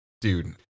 dude